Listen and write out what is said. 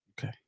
Okay